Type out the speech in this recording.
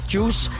Juice